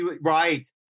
Right